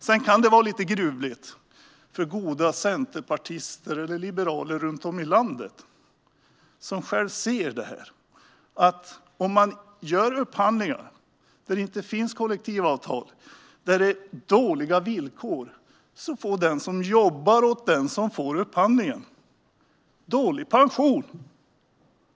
Sedan kan det vara lite gruvligt för goda centerpartister eller liberaler runt om i landet som själva ser detta: Om man gör upphandlingar där det inte finns kollektivavtal och villkoren är dåliga får den som jobbar åt den som vinner upphandlingen dålig pension.